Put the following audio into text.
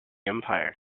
empire